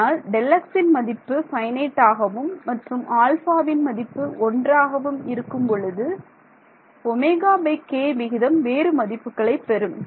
ஆனால் Δx இன் மதிப்பு ஃபைனைட் ஆகவும் மற்றும் ஆல்ஃபா வின் மதிப்பு ஒன்றாகவும் இருக்கும்பொழுது ωk விகிதம் வேறு மதிப்புகளை பெறும்